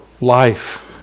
life